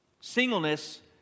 Singleness